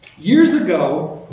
years ago,